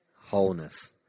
Wholeness